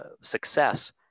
success